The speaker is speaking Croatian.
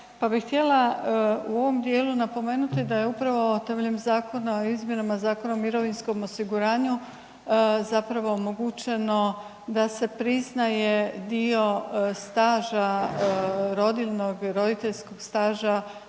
pa bih htjela u ovom dijelu napomenuti da je upravo temeljem zakona o izmjenama Zakona o mirovinskom osiguranju omogućeno da se priznaje dio staža rodiljnog, roditeljskog staža